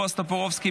בועז טופורובסקי,